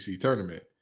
tournament